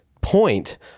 point